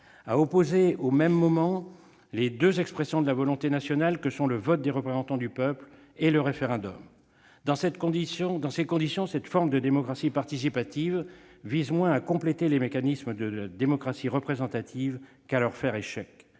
à opposer au même moment les deux expressions de la volonté nationale que sont le vote des représentants du peuple et le référendum. Dans ces conditions, cette forme de démocratie participative vise moins à compléter les mécanismes de la démocratie représentative qu'à leur faire échec.